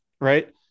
Right